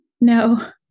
No